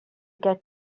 get